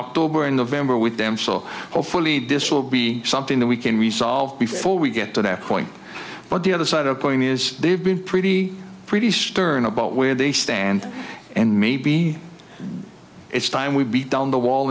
october and november with them so hopefully distal be something that we can resolve before we get to that point but the other side of going is they've been pretty pretty stern about where they stand and maybe it's time we beat down the wall